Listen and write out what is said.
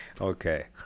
Okay